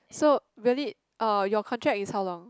so really uh your contract is how long